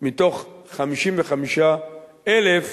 מתוך 55,000,